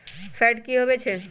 Fat की होवछै?